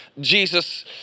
Jesus